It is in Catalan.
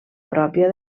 pròpia